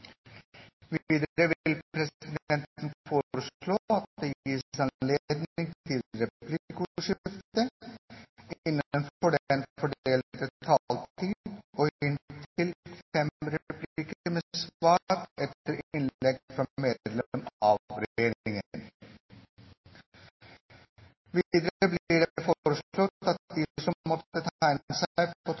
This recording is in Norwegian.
Videre vil presidenten foreslå at det gis anledning til replikkordskifte på inntil fem replikker med svar etter innlegg fra medlem av regjeringen innenfor den fordelte taletid. Videre blir det